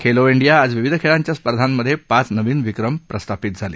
Khelo India आज विविध खेळांच्या स्पर्धांमधे पाच नवीन विक्रम प्रस्थापित झाले